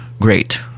great